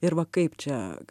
ir va kaip čia